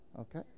Okay